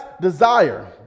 desire